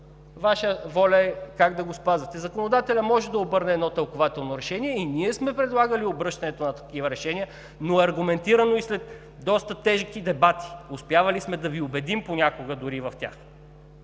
Ваша воля е как да го спазвате. Законодателят може да обърне едно тълкувателно решение. И ние сме предлагали обръщането на такива решения, но аргументирано и след доста тежки дебати. Успявали сме да Ви убедим понякога дори в тях!